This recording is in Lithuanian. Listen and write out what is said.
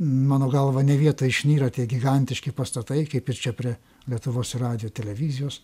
mano galva ne vietoj išnyra tie gigantiški pastatai kaip ir čia prie lietuvos ir radijo televizijos